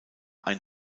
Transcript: ein